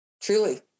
truly